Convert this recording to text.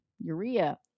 urea